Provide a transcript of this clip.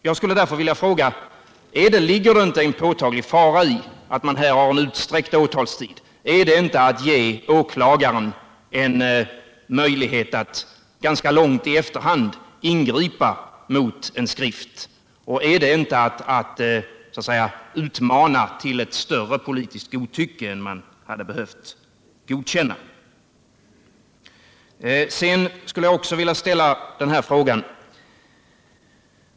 Jag skulle därför vilja fråga: Ligger det inte en påtaglig fara i att man här har utsträckt åtalstid? Är inte det att ge åklagaren en möjlighet att ganska långt i efterhand ingripa mot en skrift, och är det inte att så att säga uppmana till större politiskt godtycke än man hade behövt godkänna? Sedan skulle jag vilja ställa en annan fråga.